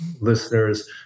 listeners